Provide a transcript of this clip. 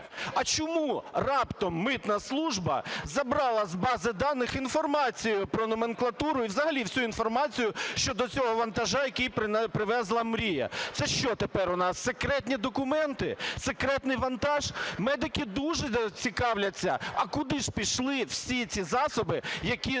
А чому раптом митна служба забрала з бази даних інформацію про номенклатуру і взагалі всю інформацію щодо цього вантажу, який привезла "Мрія"? Це що тепер у нас секретні документи, секретний вантаж? Медики дуже цікавляться: а куди ж пішли всі ці засоби, які так